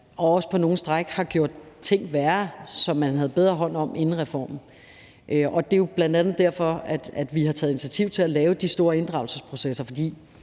at der på nogle stræk er ting, som man tog bedre hånd om inden reformen. Det er bl.a. derfor, at vi har taget initiativ til at lave de store inddragelsesprocesser.